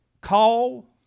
call